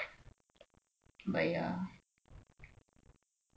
but ya